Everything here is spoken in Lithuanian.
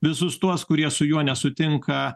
visus tuos kurie su juo nesutinka